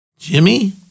jimmy